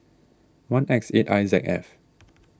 one X eight I Z F